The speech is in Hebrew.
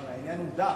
העניין הוא "דע".